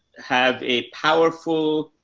have a powerful,